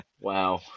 wow